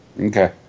Okay